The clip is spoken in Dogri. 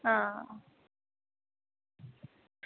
आं